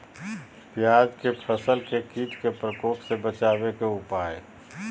प्याज के फसल के कीट के प्रकोप से बचावे के उपाय?